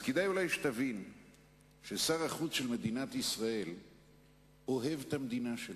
אז כדאי אולי שתבין ששר החוץ של מדינת ישראל אוהב את המדינה שלו,